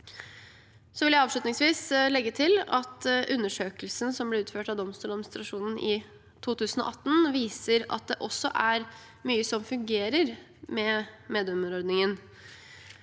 gruppen. Avslutningsvis vil jeg legge til at undersøkelsen som ble utført av Domstoladministrasjonen i 2018, viser at det også er mye som fungerer med meddommerordningen.